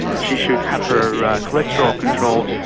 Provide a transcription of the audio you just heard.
she should have her cholesterol controlled,